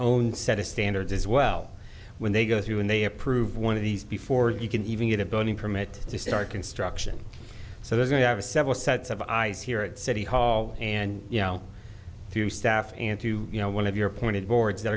own set of standards as well when they go through and they approve one of these before you can even get a building permit to start construction so they're going to have several sets of eyes here at city hall and you know to staff and to you know one of your pointed boards that